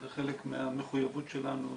זה חלק מהמחויבות שלנו.